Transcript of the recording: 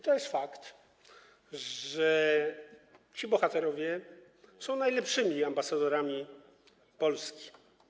To fakt, że ci bohaterowie są najlepszymi ambasadorami Polski.